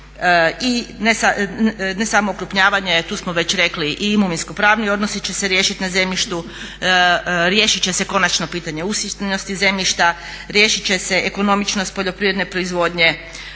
i ne samo okrupnjavanje, tu smo već rekli i imovinsko-pravni odnosi će se riješiti na zemljištu. Riješit će se konačno pitanje usitnjenosti zemljišta, riješit će se ekonomičnost poljoprivredne proizvodnje.